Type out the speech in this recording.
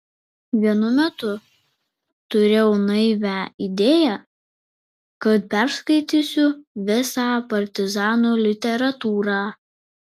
vienu metu turėjau naivią idėją kad perskaitysiu visą partizanų literatūrą